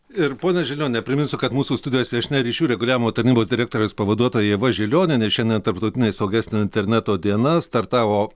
ir ponia žilioniene priminsiu kad mūsų studijos viešnia ryšių reguliavimo tarnybos direktorės pavaduotoja ieva žilionienė šiandien tarptautinė saugesnio interneto diena startavo